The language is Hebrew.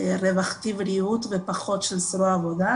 רווחתי-בריאות ופחות של זרוע העבודה.